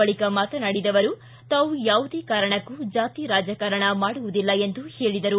ಬಳಿಕ ಮಾತನಾಡಿದ ಅವರು ತಾವು ಯಾವುದೇ ಕಾರಣಕ್ಕೂ ಜಾತಿ ರಾಜಕಾರಣ ಮಾಡುವುದಿಲ್ಲ ಎಂದು ಹೇಳಿದರು